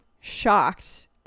shocked